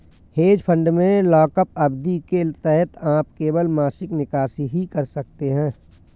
hedge fund में lockup अवधि के तहत आप केवल मासिक निकासी ही कर सकते हैं